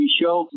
show